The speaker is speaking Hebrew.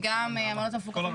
וגם המעונות המפוקחים,